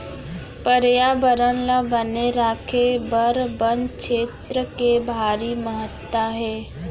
परयाबरन ल बने राखे बर बन छेत्र के भारी महत्ता हे